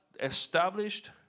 Established